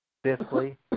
Fifthly